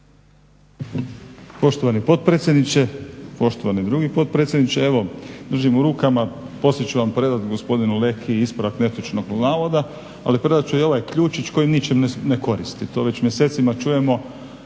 Poštovani potpredsjedniče, poštovani drugi potpredsjedniče. Evo držim u rukama, poslije ću vam predati gospodinu Leki ispravak netočnog navoda, ali predat ću i ovaj ključić koji ničem ne koristi. To već mjesecima čujemo,